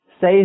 say